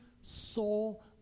soul